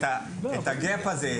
הגאפ הזה,